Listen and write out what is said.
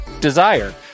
Desire